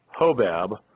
Hobab